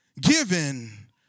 given